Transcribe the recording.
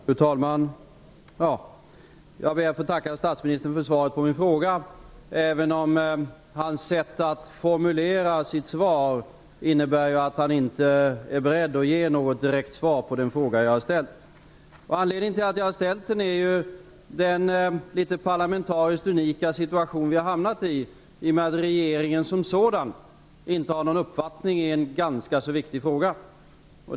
Fru talman! Jag ber att få tacka statsministern för svaret på min fråga, även om hans sätt att formulera sitt svar ju innebär att han inte är beredd att ge något direkt besked. Anledningen till att jag ställde min fråga är den parlamentariskt litet unika situation som vi har hamnat i genom att regeringen som sådan inte har någon uppfattning i en ganska så viktig fråga.